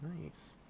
nice